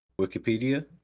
Wikipedia